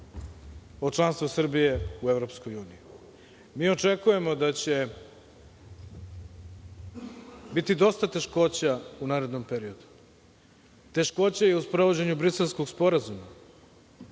o članstvu Srbije u EU.Mi očekujemo da će biti dosta teškoća u narednom periodu, teškoća i u sprovođenju Briselskog sporazuma,